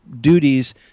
duties